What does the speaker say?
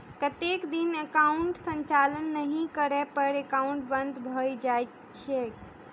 कतेक दिन एकाउंटक संचालन नहि करै पर एकाउन्ट बन्द भऽ जाइत छैक?